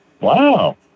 Wow